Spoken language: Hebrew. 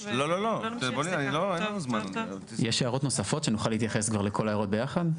יש הערות נוספות שנוכל להתייחס כבר לכל ההערות ביחד?